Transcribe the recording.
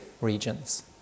regions